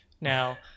now